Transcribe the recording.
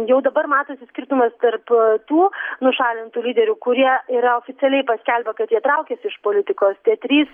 jau dabar matosi skirtumas tarp tų nušalintų lyderių kurie yra oficialiai paskelbę kad jie traukiasi iš politikos tie trys